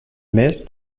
més